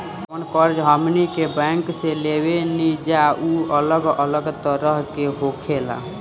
जवन कर्ज हमनी के बैंक से लेवे निजा उ अलग अलग तरह के होखेला